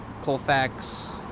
colfax